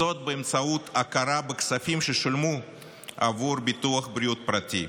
באמצעות הכרה בכספים ששולמו בעבור ביטוח בריאות פרטי